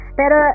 pero